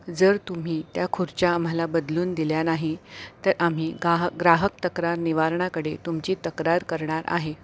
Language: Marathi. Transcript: जर तुम्ही त्या खुर्च्या आम्हाला बदलून दिल्या नाही तर आम्ही गा ग्राहक तक्रार निवारणाकडे तुमची तक्रार करणार आहे